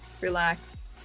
relax